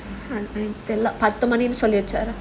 தெரில பத்து மணின்னு சொல்லுச்சு:therila pathu maninu solluchu